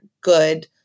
good